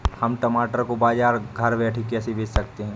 हम टमाटर को बाजार भाव में घर बैठे कैसे बेच सकते हैं?